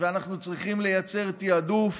ואנחנו צריכים לייצר תיעדוף